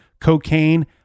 cocaine